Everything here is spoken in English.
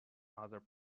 other